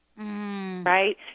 right